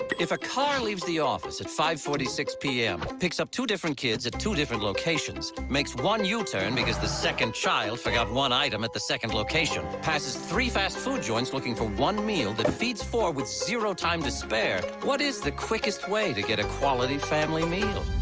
if a car leaves the office. at five forty six pm. picks up two different kids at two different locations. makes one u-turn because the second child forgot one item at the second location. passes three fast food joints looking for one meal. that feeds four with zero time to spare. what is the quickest way to get a quality family meal?